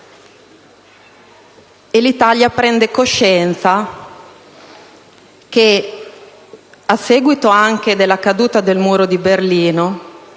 l'Italia prende coscienza che, anche a seguito della caduta del muro di Berlino